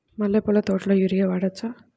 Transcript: మల్లె పూల తోటలో యూరియా వాడవచ్చా?